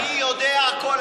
אני יודע הכול.